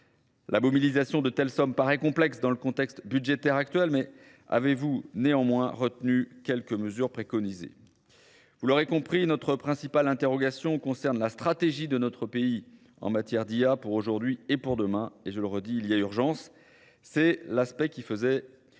La baumilisation de telles sommes paraît complexe dans le contexte budgétaire actuel, mais avez-vous néanmoins retenu quelques mesures préconisées ? Vous l'aurez compris, notre principale interrogation concerne la stratégie de notre pays en matière d'IA pour aujourd'hui et pour demain. Et je le redis, il y a urgence. C'est l'aspect qui faisait